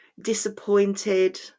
disappointed